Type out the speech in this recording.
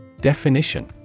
Definition